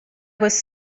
was